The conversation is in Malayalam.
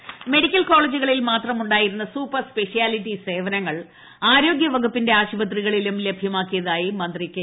ശൈലജ മെഡിക്കൽ കോളേജുകളിൽ മാത്രമുണ്ടായിരുന്ന സൂപ്പർ സ്പെഷ്യാലിറ്റി സേവനങ്ങൾ ആരോഗ്യ വകുപ്പിന്റെ ആശുപത്രി കളിലും ലഭ്യമാക്കിയതായി മന്ത്രി കെ